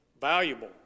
Valuable